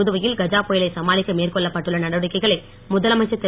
புதுவையில் கஜா புயலை சமாளிக்க மேற்கொள்ளப்பட்டுள்ள நடவடிக்கைகளை முதலமைச்சர் திரு